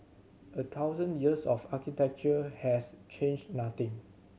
a thousand years of architecture has changed nothing